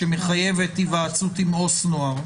שמחייבת היוועצות עם עובד סוציאלי לנוער,